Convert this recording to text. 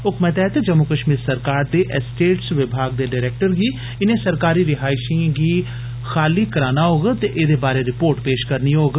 हुक्मै तैह्त जम्मू कश्मीर सरकार दे एसटेट वींगाग दे डरैक्टर गी इनें सरकारी रिहाइशेंगी खाली कराना होग ते एहदे बारे रिपोर्ट पेशा करनी होग